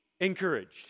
encouraged